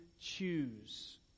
choose